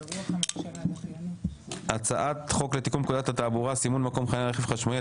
1. הצעת חוק לתיקון פקודת התעבורה (סימון מקום חניה לרכב חשמלי),